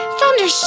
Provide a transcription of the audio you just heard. Thunder